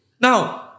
Now